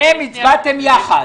אתם והם הצבעתם יחד.